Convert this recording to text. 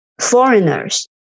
foreigners